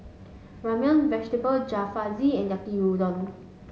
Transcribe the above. Ramyeon vegetable Jalfrezi and Yaki Udon